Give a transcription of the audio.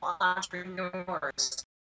entrepreneurs